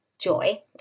joy